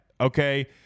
Okay